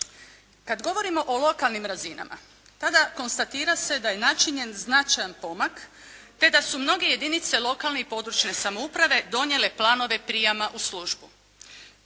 Kad govorimo o lokalnim razinama tada konstatira se da je načinjen značajan pomak te da su mnoge jedinice lokalne i područne samouprave donijele planove prijama u službu.